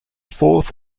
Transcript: fourth